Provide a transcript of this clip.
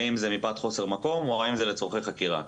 האם זה מפאת חוסר מקום או האם זה לצרכי חקירה.